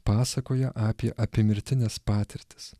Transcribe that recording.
pasakoja apie apiemirtines patirtis